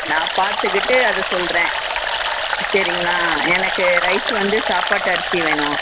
நான் பார்த்துக்கிட்டு அது சொல்கிறேன் சரிங்களா எனக்கு ரைஸ் வந்து சாப்பாட்டு அரிசி வேணும்